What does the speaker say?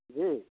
जी